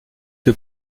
que